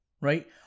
right